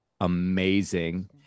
amazing